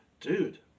dude